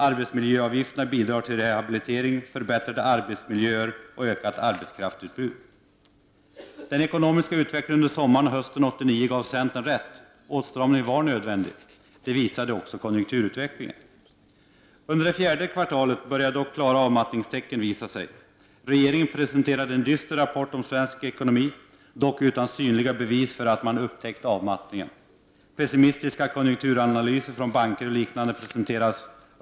Arbetsmiljöavgiften bidrar till rehabilitering, förbättrade arbetsmiljöer och ökat arbetskraftsutbud. Den ekonomiska utvecklingen under sommaren och hösten 1989 gav centern rätt. Det var nödvändigt med åtstramning. Det visade även konjunkturutvecklingen. Under det fjärde kvartalet började dock klara avmattningstecken visa sig. Regeringen presenterade en dyster rapport om svensk ekonomi, dock utan synliga bevis för att den upptäckt avmattningen. Pessimistiska konjunkturanalyser från banker och liknande presenterades.